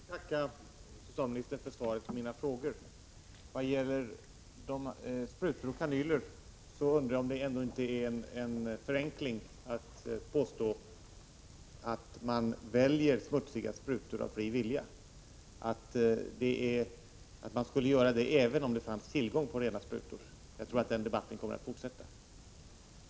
Fru talman! Jag vill tacka socialministern för svaret på mina frågor. Vad gäller sprutor och kanyler undrar jag om det ändå inte är en förenkling att påstå att man väljer smutsiga sprutor av fri vilja och att man skulle göra det även om det fanns tillgång till rena sprutor. Jag tror den debatten kommer att fortsätta.